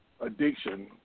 addiction